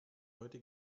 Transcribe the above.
heute